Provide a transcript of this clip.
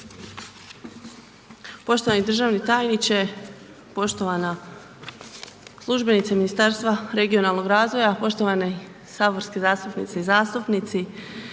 Poštovani državni tajniče, poštovana službenice Ministarstva regionalnog razvoja, poštovani saborski zastupnice i zastupnici,